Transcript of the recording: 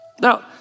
Now